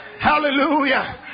Hallelujah